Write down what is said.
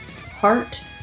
heart